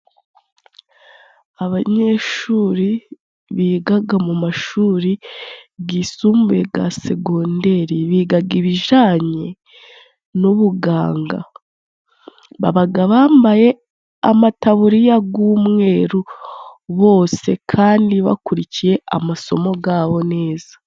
Abanyeshuri bigaga mu mashuri gisumbuye ga segonderi bigaga ibijanye n'ubuganga babaga bambaye amataburiya g'umweru bose kandi bakurikiye amasomo gabo neza.